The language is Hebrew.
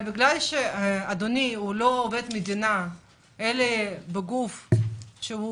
אבל בגלל שאדוני לא עובד מדינה אלא נמצא בגוף שהוא